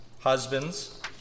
Husbands